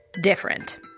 different